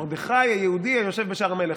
מרדכי היהודי היושב בשער המלך.